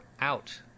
out